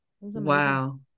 Wow